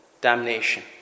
damnation